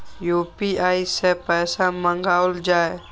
UPI सै पैसा मंगाउल जाय?